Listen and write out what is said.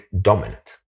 dominant